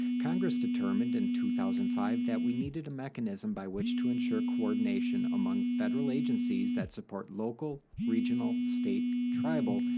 congress determined in two thousand and five that we needed a mechanism by which to ensure coordination among federal agencies that support local, regional, state, tribal,